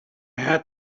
had